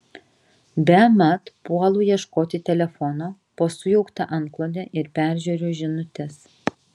bemat puolu ieškoti telefono po sujaukta antklode ir peržiūriu žinutes